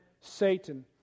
Satan